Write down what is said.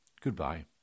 goodbye